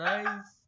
Nice